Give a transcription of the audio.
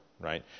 right